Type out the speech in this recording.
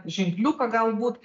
ženkliuką galbūt